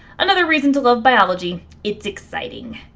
another reason to love biology it's exciting.